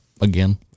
Again